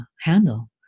handle